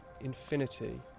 infinity